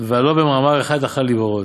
והלוא במאמר אחד יכול להיבראות?